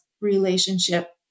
relationship